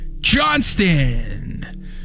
Johnston